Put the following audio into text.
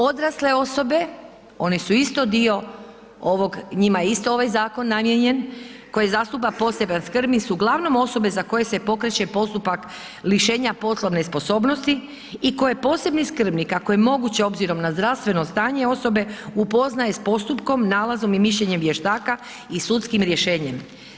Odrasle osobe, one su isto dio ovog, njima je isto ovaj zakon namijenjen koje zastupa poseban skrbnik su uglavnom osobe za koje se pokreće postupak lišenja poslovne sposobnosti i koje posebni skrbnik ako je moguće obzirom na zdravstveno stanje osobe, upoznaje s postupkom, nalazom i mišljenjem vještaka i sudskim rješenjem.